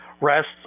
rests